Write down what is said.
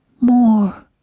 more